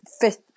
fifth